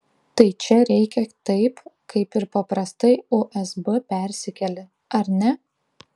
tai čia reikia taip kaip ir paprastai usb persikeli ar ne